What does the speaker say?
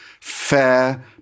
fair